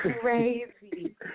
crazy